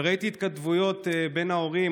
וראיתי התכתבויות בין ההורים,